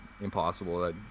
impossible